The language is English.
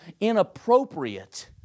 inappropriate